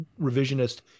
revisionist